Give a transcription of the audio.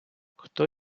хто